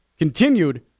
Continued